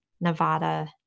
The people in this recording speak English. Nevada